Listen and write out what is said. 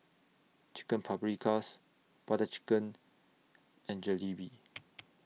Chicken Paprikas Butter Chicken and Jalebi